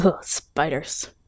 Spiders